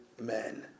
men